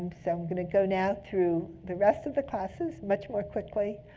so i'm going to go now through the rest of the classes much more quickly.